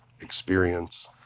experience